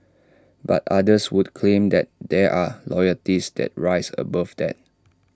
but others would claim that there are loyalties that rise above that